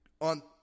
on